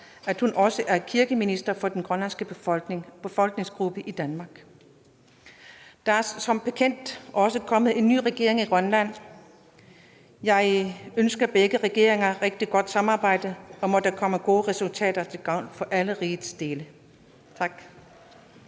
at hun er kirkeminister for den grønlandske befolkning i Danmark. Der er som bekendt også kommet en ny regering i Grønland. Jeg ønsker begge regeringer et rigtig godt samarbejde; må det afstedkomme gode resultater til gavn for alle rigets dele. Tak.